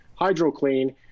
HydroClean